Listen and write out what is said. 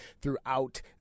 throughout